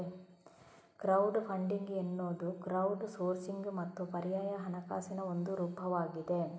crowd funding ಎನ್ನುವುದು crowd sourcing ಮತ್ತು ಪರ್ಯಾಯ ಹಣಕಾಸಿನ ಒಂದು ರೂಪವಾಗಿದೆ